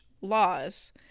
laws